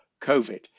covid